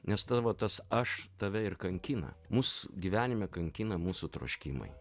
nes tavo tas aš tave ir kankina mus gyvenime kankina mūsų troškimai